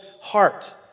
heart